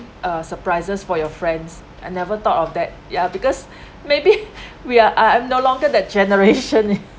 uh surprises for your friends and never thought of that ya because maybe we are I am no longer that generation eh